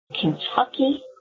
Kentucky